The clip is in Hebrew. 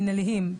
מנהליים,